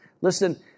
listen